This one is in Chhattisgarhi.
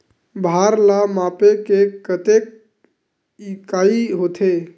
भार ला मापे के कतेक इकाई होथे?